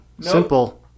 simple